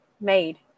made